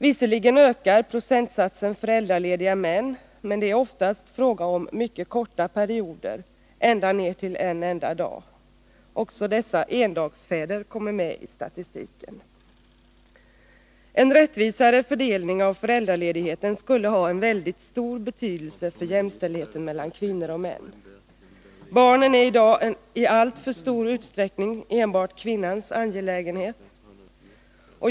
Visserligen ökar procentandelen föräldralediga män, men det är oftast fråga om mycket korta perioder, ända ned till en enda dag. Också dessa endagsfäder kommer med i statistiken. En rättvisare fördelning av föräldraledigheten skulle ha mycket stor betydelse för jämställdheten mellan kvinnor och män. Barnen är i dag i alltför stor utsträckning enbart kvinnans angelägenhet.